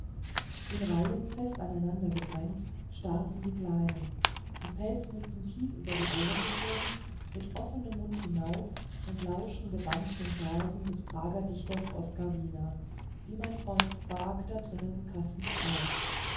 in reihen fest aneinandergedrängt starrten die kleinen die pelzmützen tief über die ohren gezogen mit offenem munde hinauf und lauschten gebannt den versen des prager dichters oskar wiener die mein freund zwakh da drinnen im kasten sprach